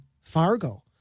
Fargo